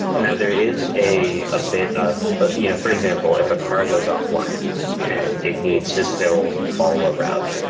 now there is a a bit of but you know for example, if a car goes offline and it needs to still follow a route,